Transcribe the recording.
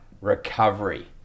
recovery